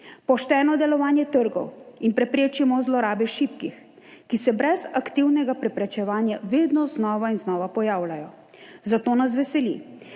pošteno delovanje trgov in preprečimo zlorabe šibkih, ki se brez aktivnega preprečevanja pojavljajo vedno znova in znova. Zato nas veseli,